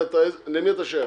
למי אתה שייך,